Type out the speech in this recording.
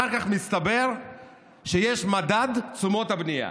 אחר כך מסתבר שיש מדד תשומות הבנייה.